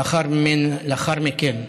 לאחר מכן,